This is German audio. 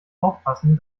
aufpassen